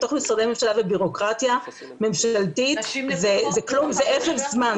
בתוך משרדי ממשלה ובירוקרטיה ממשלתית זה אפס זמן,